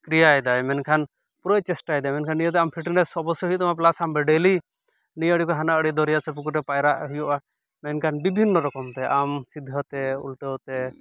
ᱠᱨᱤᱭᱟ ᱮᱫᱟᱭ ᱢᱮᱱᱠᱷᱟᱱ ᱯᱩᱨᱟᱹᱭ ᱪᱮᱥᱴᱟ ᱮᱫᱟ ᱢᱮᱱᱠᱷᱟᱱ ᱱᱤᱭᱟᱹᱫᱚ ᱟᱢ ᱯᱷᱤᱴᱱᱮᱥ ᱚᱵᱚᱥᱚ ᱦᱩᱭᱩᱜ ᱛᱟᱢᱟ ᱯᱞᱟᱥ ᱟᱢᱫᱚ ᱰᱮᱞᱤ ᱱᱤᱭᱟᱹ ᱟᱹᱲᱤ ᱠᱷᱚᱱ ᱦᱟᱱᱟ ᱟᱹᱲᱤ ᱫᱚᱨᱭᱟ ᱥᱮ ᱯᱩᱠᱷᱩᱨᱤ ᱨᱮ ᱯᱟᱭᱨᱟᱜ ᱦᱩᱭᱩᱜᱼᱟ ᱢᱮᱱᱠᱷᱟᱱ ᱵᱤᱵᱷᱤᱱᱱᱚ ᱨᱚᱠᱚᱢᱛᱮ ᱟᱢ ᱥᱤᱫᱷᱟᱹᱛᱮ ᱩᱞᱴᱟᱹ ᱛᱮ